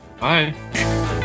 Bye